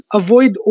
avoid